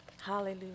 hallelujah